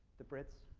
the brits,